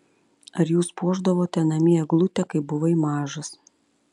ar jūs puošdavote namie eglutę kai buvai mažas